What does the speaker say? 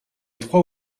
trois